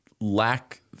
lack